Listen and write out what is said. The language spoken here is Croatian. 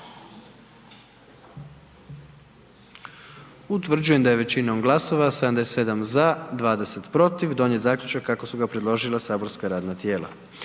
Utvrđujem da je većinom glasova 99 za i 1 suzdržani donijet zaključak kako su ga predložila saborska radna tijela.